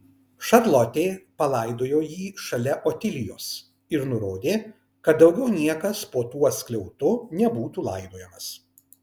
šarlotė palaidojo jį šalia otilijos ir nurodė kad daugiau niekas po tuo skliautu nebūtų laidojamas